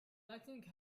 lightning